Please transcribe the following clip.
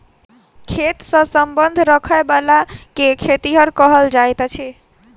खेत सॅ संबंध राखयबला के खेतिहर कहल जाइत अछि